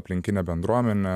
aplinkine bendruomene